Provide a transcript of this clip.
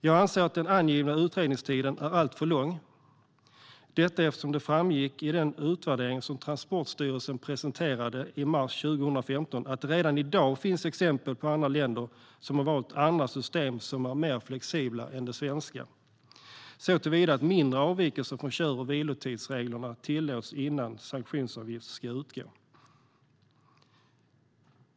Jag anser att den angivna utredningstiden är alltför lång eftersom det framgick av den utvärdering som Transportstyrelsen presenterade i mars 2015 att det redan i dag finns exempel på andra länder som har valt andra system som är mer flexibla än det svenska såtillvida att mindre avvikelser från kör och vilotidsreglerna tillåts innan sanktionsavgift ska utgå.